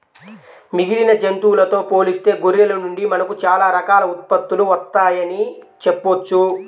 మిగిలిన జంతువులతో పోలిస్తే గొర్రెల నుండి మనకు చాలా రకాల ఉత్పత్తులు వత్తయ్యని చెప్పొచ్చు